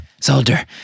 Soldier